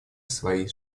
свои